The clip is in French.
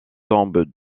tombes